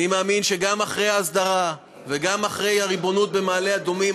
אני מאמין שגם אחרי ההסדרה וגם אחרי הריבונות במעלה-אדומים